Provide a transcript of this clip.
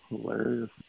hilarious